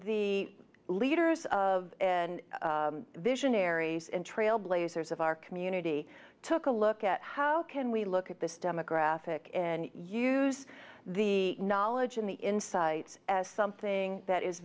the leaders of visionaries and trailblazers of our community took a look at how can we look at this demographic and use the knowledge and the insights as something that is